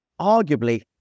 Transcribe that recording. arguably